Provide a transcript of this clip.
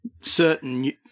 certain